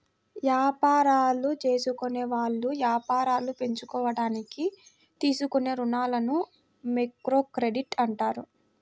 యాపారాలు జేసుకునేవాళ్ళు యాపారాలు పెంచుకోడానికి తీసుకునే రుణాలని మైక్రోక్రెడిట్ అంటారు